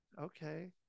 okay